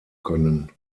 können